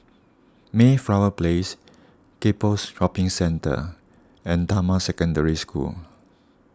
Mayflower Place Gek Poh's Shopping Centre and Damai Secondary School